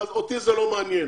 אותי זה לא מעניין.